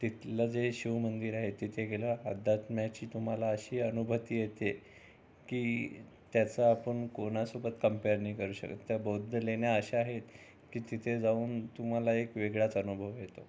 तिथलं जे शिवमंदिर आहे तिथे गेल्यावर अध्यात्माची तुम्हाला अशी अनुभूती येते की त्याचा आपण कोणासोबत कम्पेर नाही करू शकत त्या बौद्धलेण्या अशा आहेत की तिथे जाऊन तुम्हाला एक वेगळाच अनुभव येतो